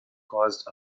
caused